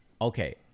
Okay